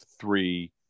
three